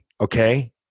Okay